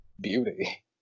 beauty